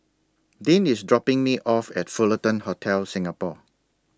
Dean IS dropping Me off At Fullerton Hotel Singapore